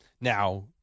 now